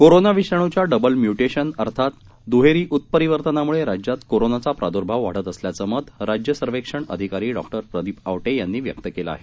corona विषाणुच्या double mutation अर्थात दुहेरी उत्परिवर्तनामुळे राज्यात कोरोनाचा प्रादुर्भाव वाढत असल्याचं मत राज्य सर्वेक्षण अधिकारी डॉ प्रदिप आवटे यांनी व्यक्त केलं आहे